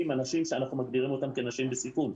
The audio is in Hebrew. עם הנשים שאנחנו מגדירים אותן כנשים בסיכון.